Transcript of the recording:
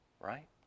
right